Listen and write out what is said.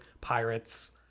pirates